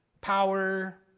power